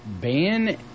Ban